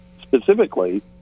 specifically